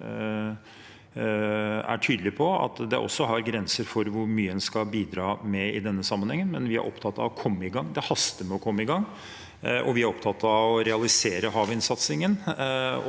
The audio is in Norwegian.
Vi er tydelige på at det også er grenser for hvor mye en skal bidra med i denne sammenhengen, men vi er opptatt av å komme i gang. Det haster med å komme i gang, og vi er opptatt av å realisere havvindsatsingen